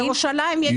בירושלים יש לנו.